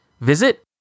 Visit